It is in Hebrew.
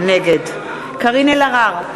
נגד קארין אלהרר,